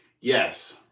Yes